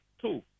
two